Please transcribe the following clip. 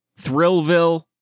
Thrillville